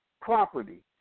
property